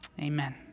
Amen